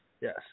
yes